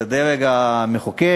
זה דרג המחוקק,